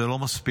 זה לא מספיק.